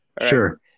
Sure